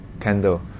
candle